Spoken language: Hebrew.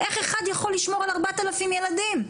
איך אחד יכול לשמור על ארבעת אלפים ילדים?